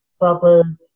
proper